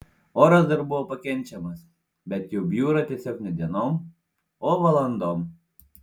oras dar buvo pakenčiamas bet jau bjuro tiesiog ne dienom o valandom